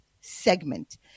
segment